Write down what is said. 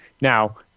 Now